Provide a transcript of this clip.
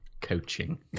coaching